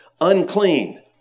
unclean